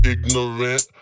Ignorant